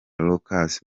lucas